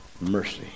mercy